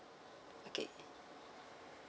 okay